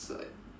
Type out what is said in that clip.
just like